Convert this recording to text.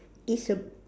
it's a